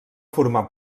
formar